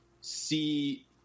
see